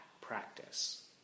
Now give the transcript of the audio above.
practice